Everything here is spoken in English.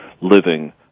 living